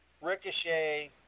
Ricochet